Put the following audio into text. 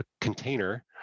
container